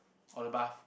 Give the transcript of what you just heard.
or the bath